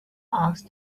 asked